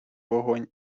вогонь